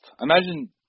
Imagine